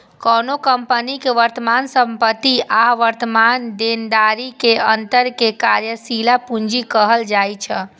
कोनो कंपनी के वर्तमान संपत्ति आ वर्तमान देनदारी के अंतर कें कार्यशील पूंजी कहल जाइ छै